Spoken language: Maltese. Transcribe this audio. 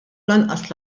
lanqas